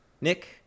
Nick